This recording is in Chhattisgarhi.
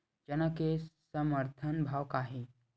चना के समर्थन भाव का हे?